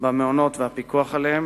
במעונות ובפיקוח עליהם.